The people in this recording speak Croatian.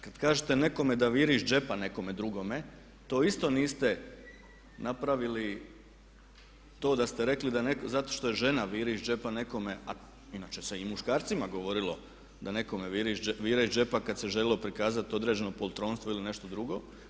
Kad kažete nekome da viri iz džepa nekome drugome, to isto niste napravili to da ste rekli zato što je žena viri iz džepa nekome, a inače se i muškarcima govorilo da nekome vire iz džepa kad se željelo prikazati određeno politronstvo ili nešto drugo.